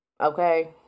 Okay